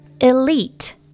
Elite